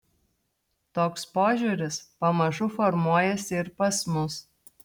toks požiūris pamažu formuojasi ir pas mus